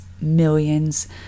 millions